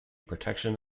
protection